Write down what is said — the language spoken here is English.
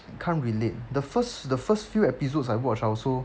can't relate the first the first few episodes I watch I also